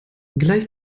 gleich